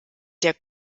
der